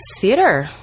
theater